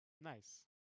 Nice